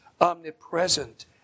omnipresent